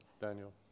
Daniel